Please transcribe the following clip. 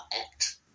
act